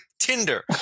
Tinder